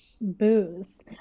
Booze